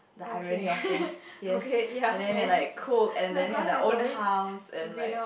the irony of things yes and then they're like cook and then have their own house and like